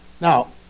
Now